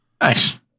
Nice